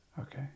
Okay